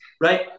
right